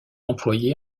employée